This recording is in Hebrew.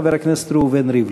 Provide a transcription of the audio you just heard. חבר הכנסת ראובן ריבלין.